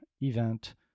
event